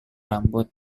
rambut